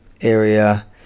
area